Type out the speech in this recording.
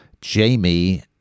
Jamie